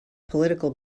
political